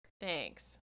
Thanks